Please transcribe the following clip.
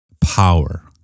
power